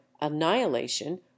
annihilation